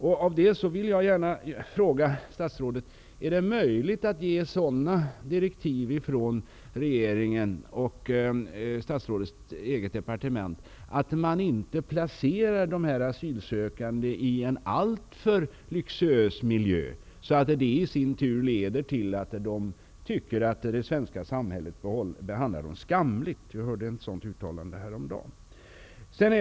Jag vill i det sammanhanget fråga statsrådet: Är det möjligt att ge sådana direktiv från regeringen och från statsrådets eget departement, som innebär att man inte skall placera asylsökande i en alltför luxuös miljö, vilket i sin tur kan leda till att de sedan anser sig skamligt behandlade av det svenska samhället? Jag hörde häromdagen ett uttalande i den riktningen.